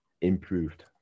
improved